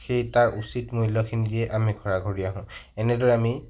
সেই তাৰ উচিত মূল্য়খিনি দিয়ে আমি ঘৰাঘৰি আহোঁ এনেদৰে আমি